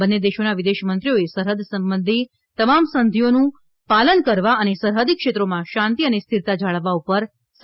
બંને દેશોના વિદેશમંત્રીઓએ સરહદ સંબંધી તમામ સંધિઓનું પાલન કરવા અને સરહદીક્ષેત્રોમાં શાંતિ અને સ્થિરતા જાળવવા પર સહમતિ દર્શાવી છે